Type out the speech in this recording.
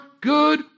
good